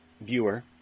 viewer